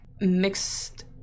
mixed